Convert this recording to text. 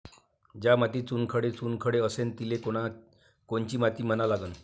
ज्या मातीत चुनखडे चुनखडे असन तिले कोनची माती म्हना लागन?